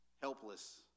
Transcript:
helpless